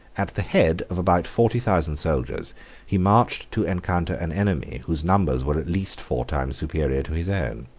at the head of about forty thousand soldiers he marched to encounter an enemy whose numbers were at least four times superior to his own.